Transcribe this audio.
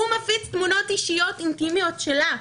תמונות אישיות אינטימיות שלה.